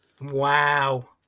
Wow